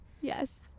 Yes